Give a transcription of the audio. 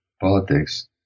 politics